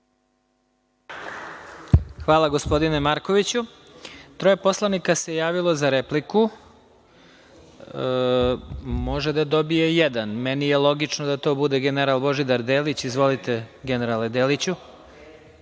Hvala, gospodine Markoviću. Troje poslanika se javilo za repliku. Može da dobije jedan, meni je logično da to bude general Božidar Delić. Izvolite, generale Deliću.